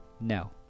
no